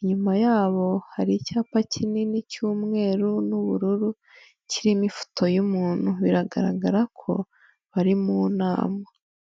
inyuma yabo hari icyapa kinini cy'umweru n'ubururu kirimo ifoto y'umuntu, biragaragara ko bari mu nama.